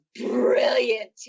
brilliant